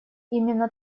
именно